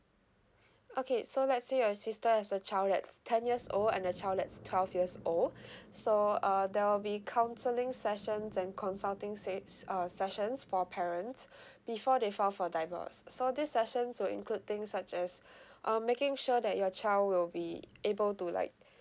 okay so let's say your sister has a child that's ten years old and the child that's twelve years old so uh there'll be counseling sessions and consulting se~ uh sessions for parents before they file for divorce so this sessions will include things such as um making sure that your child will be able to like